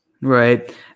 Right